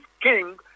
king